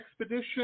expedition